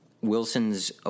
Wilson's